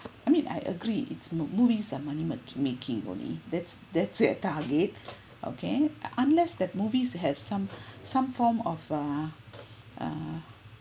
I mean I agree it's mo~ movies are money mak~ making only that's that's their target okay unless that movies have some some form of uh uh